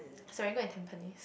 Serangoon and Tampines